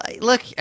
look